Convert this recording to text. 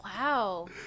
wow